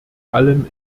allem